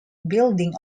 building